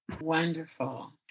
Wonderful